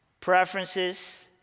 preferences